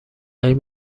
این